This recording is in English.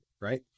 right